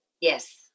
Yes